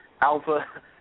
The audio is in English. Alpha